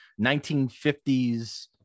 1950s –